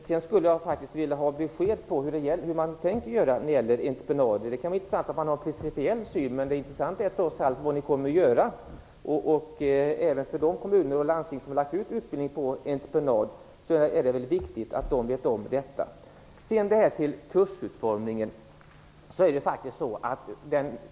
Sedan skulle jag faktiskt vilja ha besked om hur ni tänker göra när det gäller entreprenader. Det kan vara intressant att Socialdemokraterna har en principiell syn, men mera intressant är trots allt vad ni kommer att göra. Även för de kommuner och landsting som har lagt ut utbildning på entreprenad är det väl viktigt att få veta detta. Så till frågan om kursutformningen.